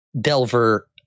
Delver